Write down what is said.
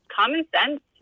common-sense